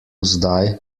zdaj